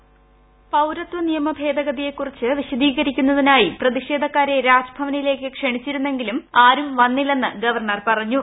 voice പൌരത്വ നിയമ ഭേദഗതിയെ കുറിച്ച് വിശദീകരിക്കുന്നതിനായി പ്രതിഷേധക്കാരെ രാജ്ഭവനിലേക്ക് ക്ഷണിച്ചിരുന്നുവെങ്കിലും ആരും വന്നില്ലെന്നും ഗവർണർ പറഞ്ഞു